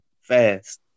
fast